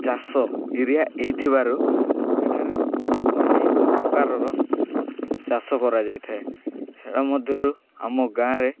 ଚାଷ ଏରିଆ ହୋଇଥିବାରୁ ଏଠାରେ ଅନେକ ପ୍ରକାରର ଚାଷ କରାଯାଇଥାଏ ସେଇଟା ମଧ୍ୟରୁ ଆମ ଗାଁରେ